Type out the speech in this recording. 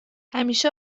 همیشه